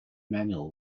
manual